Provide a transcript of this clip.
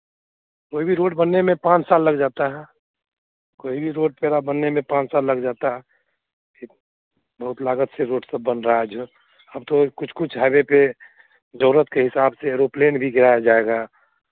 कोई भी रोड बनने में पाँच साल लग जाता है कोई भी रोड बनने में पाँच साल लग जाता है बहुत लागत से रोड सब बन रहा है जो अब तो कुछ कुछ हाइवे पे ज़रूरत के हिसाब से एरोप्लेन भी गिराया जायेगा